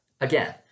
Again